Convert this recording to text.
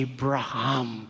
Abraham